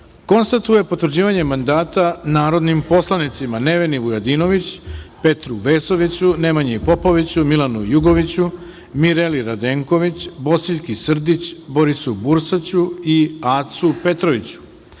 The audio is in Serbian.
konstatuje potvrđivanje mandata narodnim poslanicima: Neveni Vujadinović, Petru Vesoviću, Nemanji Popoviću, Milanu Jugoviću, Mirjani Radenković, Bosiljki Srdić, Borisu Bursaću i Acu Petroviću,